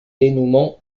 dénouement